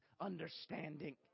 understanding